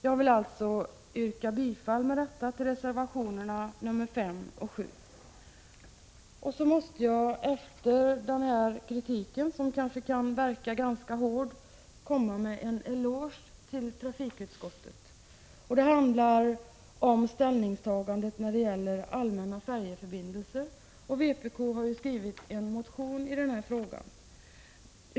Jag ber därmed att få yrka bifall till reservationerna 5 och 7. Efter denna kritik, som kanske kan verka ganska hård, vill jag ge trafikutskottet en eloge. Det gäller dess ställningstagande till allmänna färjeförbindelser, en fråga som vpk har motionerat i.